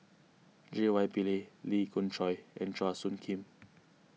J Y Pillay Lee Khoon Choy and Chua Soo Khim